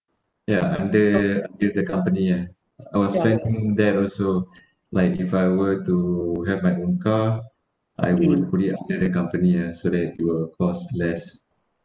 ya under the company ah I was planning that also like if I were to have my own car I would put it under the company ah so that it will cost less